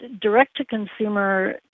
direct-to-consumer